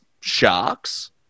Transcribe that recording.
Sharks